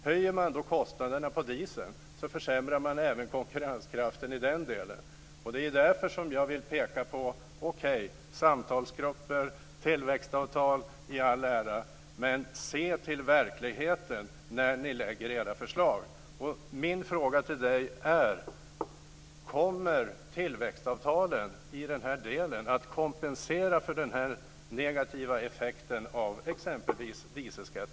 Höjer man kostnaderna för diesel försämrar man även konkurrenskraften i den delen. Det är därför som jag säger: Okej, samtalsgrupper och tillväxtavtal i all ära men se till verkligheten när ni lägger era förslag! Min fråga är: Kommer tillväxtavtalen i den här delen att kompensera för den negativa effekten av exempelvis höjd dieselskatt?